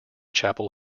chapel